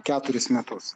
keturis metus